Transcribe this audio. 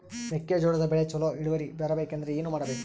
ಮೆಕ್ಕೆಜೋಳದ ಬೆಳೆ ಚೊಲೊ ಇಳುವರಿ ಬರಬೇಕಂದ್ರೆ ಏನು ಮಾಡಬೇಕು?